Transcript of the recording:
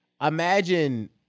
imagine